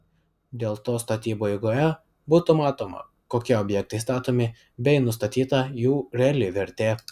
dėl to statybų eigoje būtų matoma kokie objektai statomi bei nustatyta jų reali vertė